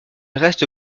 reste